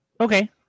Okay